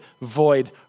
void